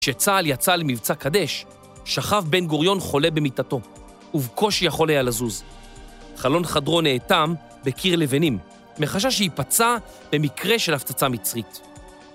כשצהל יצא למבצע קדש, שכב בן גוריון חולה במיטתו, ובקושי יכול היה לזוז. חלון חדרו נאטם בקיר לבנים, מחשש שייפצע במקרה של הפצצה מצרית.